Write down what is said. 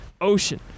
Ocean